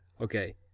Okay